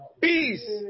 Peace